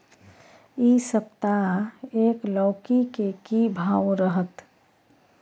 इ सप्ताह एक लौकी के की भाव रहत?